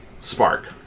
spark